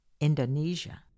Indonesia